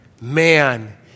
man